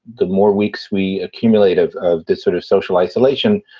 the more weeks we accumulate of of this sort of social isolation,